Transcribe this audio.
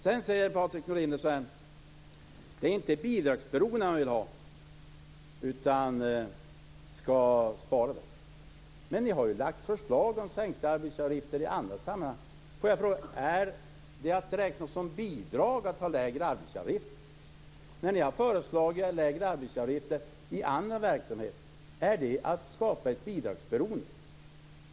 Sedan säger Patrik Norinder att det inte är bidragsberoende han vill ha utan ett sparande. Men ni har ju lagt fram förslag om sänkta arbetsgivareavgifter i andra sammanhang. Jag vill då fråga: Är det att räkna som bidrag att ha lägre arbetsgivareavgifter? När ni har föreslagit lägre arbetsgivareavgifter i andra verksamheter, har det då varit fråga om att skapa ett bidragsberoende?